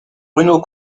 bruno